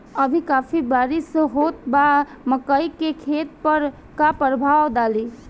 अभी काफी बरिस होत बा मकई के खेत पर का प्रभाव डालि?